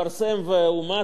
ואומת ואושר,